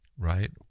Right